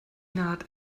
naht